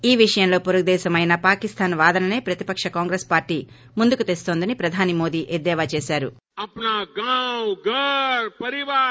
ఈ విషయంలో పొరుగుదేశం అయిన పాకిస్తాన్ వాదనసే ప్రతిపక్ష కాంగ్రెస్ పార్లీ ముందుకు తెస్తోందని ప్రధాని మోదీ ఎద్దేవా చేశారు